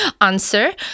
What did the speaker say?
answer